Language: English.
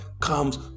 comes